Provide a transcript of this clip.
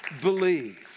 believe